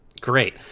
Great